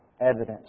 evidence